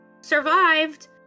survived